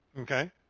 Okay